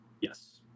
Yes